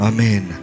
Amen